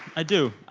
i do.